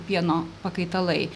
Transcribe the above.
pieno pakaitalai